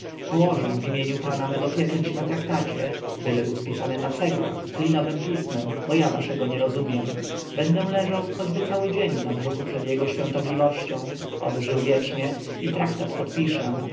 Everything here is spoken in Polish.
położę w imieniu pana mego pieczęć na traktacie byle był spisany na cegłach klinowem pismem bo ja waszego nie rozumiem będę leżał choćby cały dzień na brzuchu przed jego świątobliwością oby żył wiecznie i traktat podpiszę